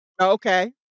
Okay